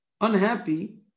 unhappy